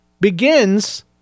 begins